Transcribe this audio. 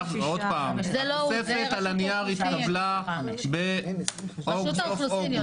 26,000 התוספת על הנייר התקבלה בסוף אוגוסט,